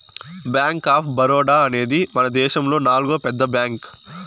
bank of Baroda అనేది మనదేశములో నాల్గో పెద్ద బ్యాంక్